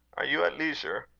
are you at leisure?